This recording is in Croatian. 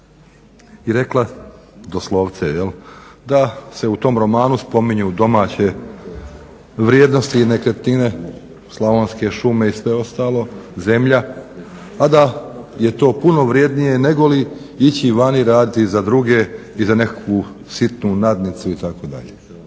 I rekla, doslovce da se u tom romanu spominju domaće vrijednosti i nekretnine, slavonske šume i sve ostalo, zemlja, a da je to puno vrjednije nego li ići vani raditi za druge i za nekakvu sitnu nadnicu, itd.